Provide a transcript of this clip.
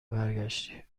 برگشتی